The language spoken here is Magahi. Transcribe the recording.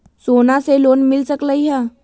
सोना से लोन मिल सकलई ह?